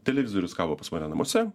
televizorius kabo pas mane namuose